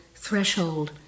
threshold